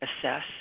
assess